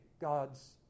God's